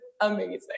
amazing